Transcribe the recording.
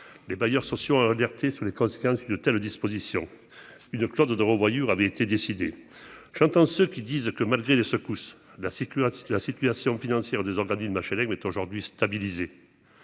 les bailleurs sociaux alerter sur les conséquences de telles dispositions, une clause de revoyure avaient été décidées, j'entends ceux qui disent que, malgré les secousses de la Sécu, la situation financière des organismes HLM est aujourd'hui stabilisée,